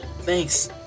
Thanks